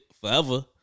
forever